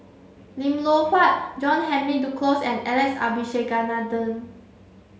Lim Loh Huat John Henry Duclos and Alex Abisheganaden